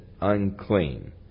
Unclean